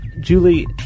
Julie